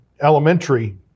elementary